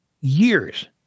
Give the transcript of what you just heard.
years